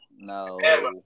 No